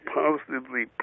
positively